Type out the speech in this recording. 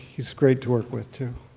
he's great to work with, too.